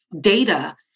data